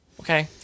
Okay